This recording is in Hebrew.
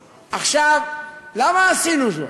עכשיו, למה עשינו זאת,